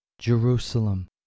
Jerusalem